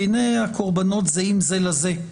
והנה הקורבנות זהים זה לזה.